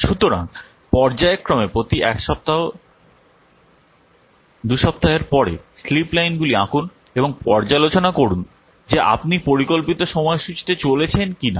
সুতরাং পর্যায়ক্রমে প্রতি 1 সপ্তাহ 2 সপ্তাহের পরে স্লিপ লাইনগুলি আঁকুন এবং পর্যালোচনা করুন যে আপনি পরিকল্পিত সময়সূচিতে চলেছেন কিনা